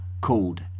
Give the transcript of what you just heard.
called